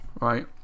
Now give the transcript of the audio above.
right